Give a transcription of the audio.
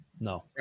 No